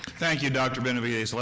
thank you, dr. benavides.